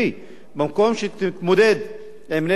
במקום שהיא תתמודד עם נגע הסמים,